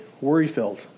worry-filled